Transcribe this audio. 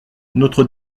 notre